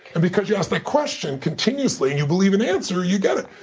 and because you ask a question continuously and you believe an answer, you get it.